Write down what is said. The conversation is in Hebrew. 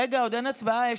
רגע, עוד אין הצבעה.